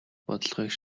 бодлогыг